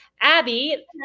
Abby